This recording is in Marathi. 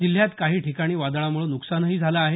जिल्ह्यात काही ठिकाणी वादळामुळे नुकसानही झालं आहे